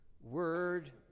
word